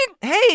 Hey